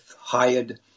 hired